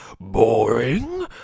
Boring